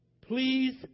Please